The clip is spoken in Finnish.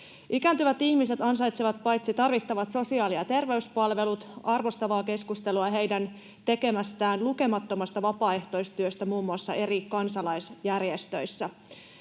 Ikääntyvät ihmiset ansaitsevat paitsi tarvittavat sosiaali- ja terveyspalvelut myös arvostavaa keskustelua heidän tekemästään lukemattomasta vapaaehtoistyöstä muun muassa eri kansalaisjärjestöissä.